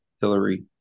Hillary